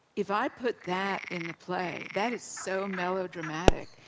if i put that in the play, that is so melodramatic,